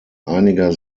einiger